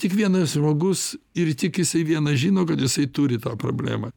tik vienas žmogus ir tik jisai vienas žino kad jisai turi tą problemą